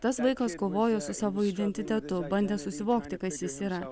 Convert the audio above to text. tas vaikas kovojo su savo identitetu bandė susivokti kas jis yra